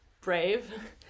brave